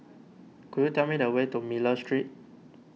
could you tell me the way to Miller Street